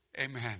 amen